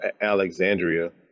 Alexandria